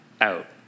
out